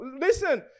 listen